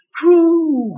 true